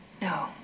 no